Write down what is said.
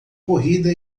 corrida